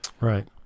right